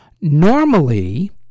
Normally